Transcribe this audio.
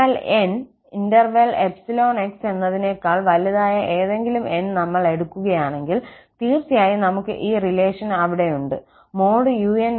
അതിനാൽ 𝑁 𝜖 𝑥 എന്നതിനേക്കാൾ വലുതായ ഏതെങ്കിലും n നമ്മൾ എടുക്കുകയാണെങ്കിൽ തീർച്ചയായും നമുക്ക് ഈ റിലേഷൻ അവിടെയുണ്ട് |𝑢𝑛 0|𝜖